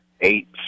eight